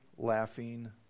laughing